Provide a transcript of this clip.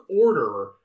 order